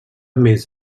més